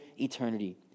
eternity